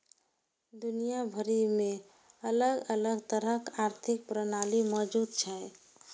दुनिया भरि मे अलग अलग तरहक आर्थिक प्रणाली मौजूद छै